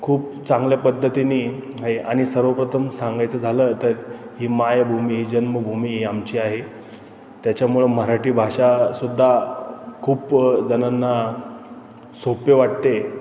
खूप चांगल्या पद्धतीने आणि सर्वप्रथम सांगायचं झालं तर ही मायभूमी जन्मभूमी ही आमची आहे त्याच्यामुळं मराठी भाषासुद्धा खूप जणांना सोपे वाटते